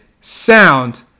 sound